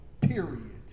Period